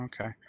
Okay